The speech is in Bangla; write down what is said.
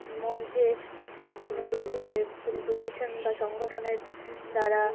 মঞ্চে কোনও প্রতি কোনও প্রতিষ্ঠান বা সংগঠনের দ্বারা